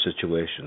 situation